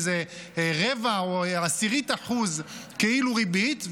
איזה רבע או עשירית אחוז כאילו ריבית,